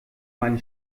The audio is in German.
meine